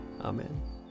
Amen